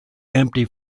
empty